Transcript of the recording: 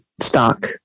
stock